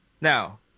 Now